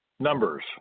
Numbers